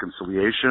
reconciliation